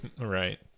Right